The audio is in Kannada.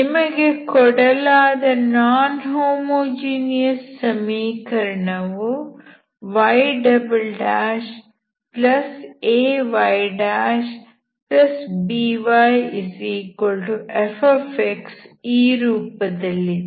ನಿಮಗೆ ಕೊಡಲಾದ ನಾನ್ ಹೋಮೋಜೀನಿಯಸ್ ಸಮೀಕರಣವು yaybyf ಈ ರೂಪದಲ್ಲಿದೆ